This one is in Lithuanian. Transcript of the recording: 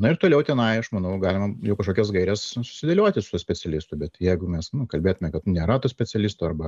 na ir toliau tenai aš manau galima jau kažkokias gaires sudėlioti su specialistu bet jeigu mes nu kalbėtume kad nėra to specialisto arba